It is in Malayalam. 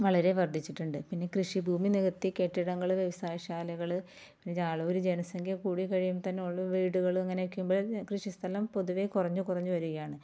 വളരെ വർദ്ധിച്ചിട്ടുണ്ട് പിന്നെ കൃഷി ഭൂമി നികത്തി കെട്ടിടങ്ങൾ വ്യവസായ ശാലകൾ പിന്നെ ജാളൂർ ജനസംഖ്യ കൂടി കഴിയുമ്പോത്തന്നെ വീടുകൾ ഇങ്ങനെ നിൾക്കുമ്പോഴേ ഞാൻ കൃഷി സ്ഥലം പൊതുവെ കുറഞ്ഞ് കുറഞ്ഞ് വരികയാണ്